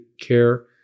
care